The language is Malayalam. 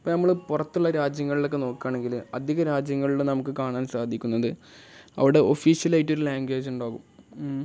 ഇപ്പം നമ്മൾ പുറത്തുള്ള രാജ്യങ്ങളിലൊക്കെ നോക്കുകയാണെങ്കിൽ അധിക രാജ്യങ്ങളിൽ നമുക്ക് കാണാൻ സാധിക്കുന്നത് അവിടെ ഓഫീഷ്യൽ ആയിട്ടൊരു ലാംഗ്വേജ് ഉണ്ടാകും